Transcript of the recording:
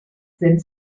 sind